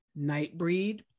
Nightbreed